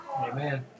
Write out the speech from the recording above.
Amen